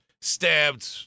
Stabbed